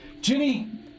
Ginny